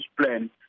plan